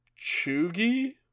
Chugi